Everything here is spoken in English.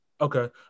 Okay